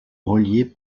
reliés